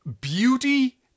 beauty